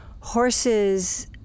horses